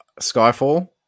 Skyfall